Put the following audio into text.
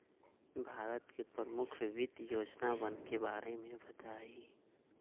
भारत के प्रमुख वित्त योजनावन के बारे में बताहीं